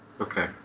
Okay